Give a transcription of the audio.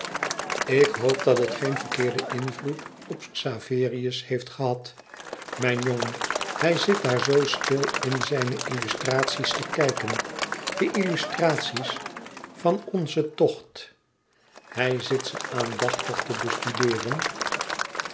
ik hoop dat het geen verkeerden invloed op xaverius heeft gehad mijn jongen hij zit daar zoo stil in zijne illustratie's te kijken de illustratie's van onzen tocht hij zit ze aandachtig te bestudeeren